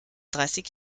dreißig